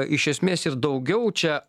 iš esmės ir daugiau čia